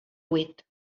buit